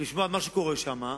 לשמוע מה שקורה שם.